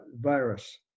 virus